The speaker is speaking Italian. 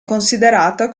considerata